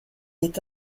est